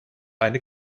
eine